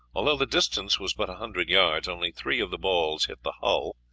although the distance was but a hundred yards, only three of the balls hit the hull,